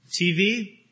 TV